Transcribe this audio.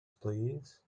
please